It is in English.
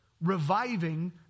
reviving